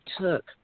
took